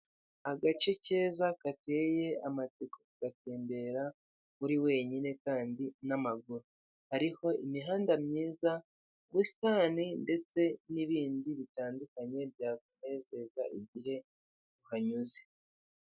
Agace keza gateye amatsiko kugatembera uri wenyine kandi n'amaguru, hariho imihanda myiza, ubusitani ndetse n'ibindi bitandukanye byakunezeza igihe uhanyuze.